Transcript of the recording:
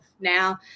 now